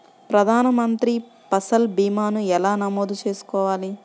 ప్రధాన మంత్రి పసల్ భీమాను ఎలా నమోదు చేసుకోవాలి?